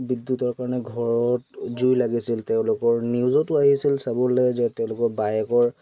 বিদ্যুতৰ কাৰণে ঘৰত জুই লাগিছিল তেওঁলোকৰ নিউজতো আহিছিল চাবলৈ যে তেওঁলোকৰ বায়েকৰ